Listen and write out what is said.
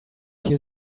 you